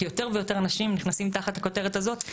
כי יותר ויותר אנשים נכנסים תחת הכותרת הזאת.